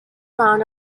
round